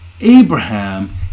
Abraham